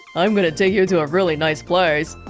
i'm gonna take you to a really nice place.